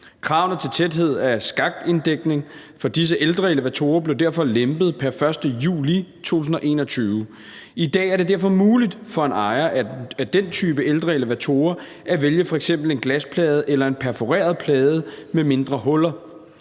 Kravene til tæthed af skaktinddækning for disse ældre elevatorer blev derfor lempet pr. 1. juli 2021. I dag er det derfor muligt for en ejer af den type ældre elevator at vælge f.eks. en glasplade eller en perforeret plade med mindre huller.